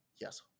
Yes